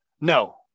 No